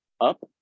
up